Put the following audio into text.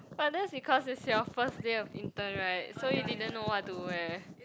but that's because is your first day of intern [right] so you didn't know what to wear